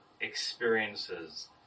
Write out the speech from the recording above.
experiences